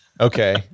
Okay